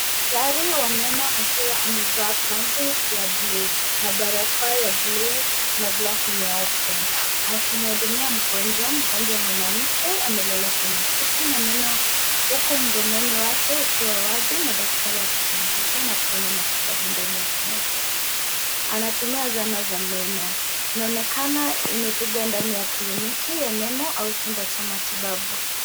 Daktari wa meno akiwa amevaa kanzu ya buluu na barakoa ya buluu na glovu nyeupe akimhudumia mgonjwa. Mgonjwa mwanamke amelala kwenye kiti na meno, huku mdomoni mwake ukiwa wazi na daktari akichunguza na kufanya matibabu ndani ya kinywa chake. Anatumia zana za meno. Inaonekana imepigwa ndani ya kliniki ya meno au chumba cha matibabu.